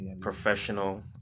Professional